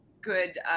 good